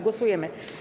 Głosujemy.